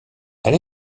elle